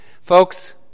Folks